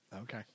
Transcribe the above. Okay